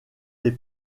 des